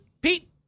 Pete